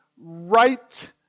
right